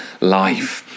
life